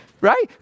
right